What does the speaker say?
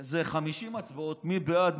איזה 50 הצבעות: מי בעד?